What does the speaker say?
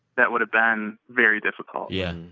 that would have been very difficult yeah,